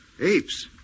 Apes